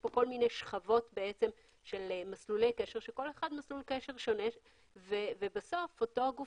יש כאן שכבות של מסלולי קשר וכל אחד מסלול קשר שונה ובסוף אותו גוף